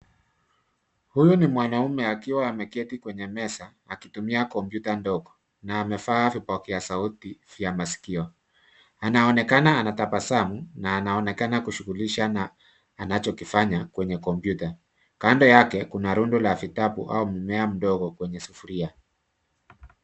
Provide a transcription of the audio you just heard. Huyu ni mwanaume akiwa ameketi kwenye meza, akitumia kompyuta ndogo na amevaa vipokea sauti vya masikio. Anaonekana anatabasamu na anaonekana kujishughulisha na anachokifanya kwenye kompyuta. Kando yake kuna rundo la vitabu au mmea mdogo kwenye sufuria.